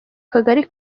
kagari